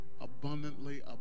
abundantly